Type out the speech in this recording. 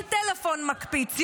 כל טלפון מקפיץ.